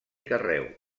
carreu